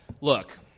Look